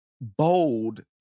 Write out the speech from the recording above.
bold